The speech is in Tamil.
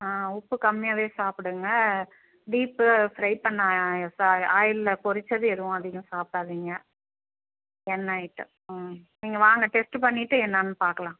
உப்பு கம்மியாகவே சாப்பிடுங்க டீப்பு ஃபிரை பண்ண ஆயிலில் பொறிச்சது எதுவும் அதிகம் சாப்பிடாதீங்க எண்ணெய் ஐட்டம் நீங்கள் வாங்க டெஸ்ட்டு பண்ணிவிட்டு என்னன்னு பார்க்கலாம்